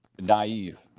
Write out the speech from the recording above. naive